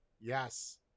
Yes